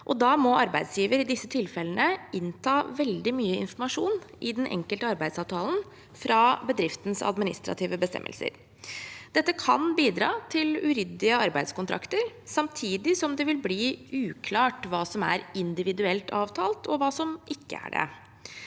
da må arbeidsgiver i disse tilfellene innta veldig mye informasjon i den enkelte arbeidsavtalen fra bedriftens administrative bestemmelser. Dette kan bidra til uryddige arbeidskontrakter, samtidig som det vil bli uklart hva som er individuelt avtalt, og hva som ikke er det.